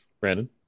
Brandon